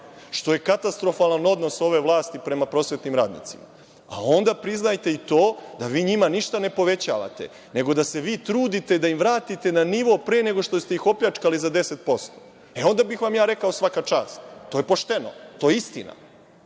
što je katastrofalan odnos ove vlasti prema prosvetnim radnicima, a onda priznajte i to da vi njima ništa ne povećavate, nego da se vi trudite da im vratite na nivo pre nego što ste ih opljačkali za 10%. Onda bih vam ja rekao – svaka čast. To je pošteno. To je istina. Znači,